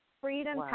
freedom